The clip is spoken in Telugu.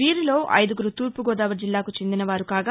వీరిలో ఐదుగురు తూర్పుగోదావరి జిల్లాకు చెందినవారు కాగా